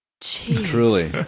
truly